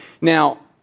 Now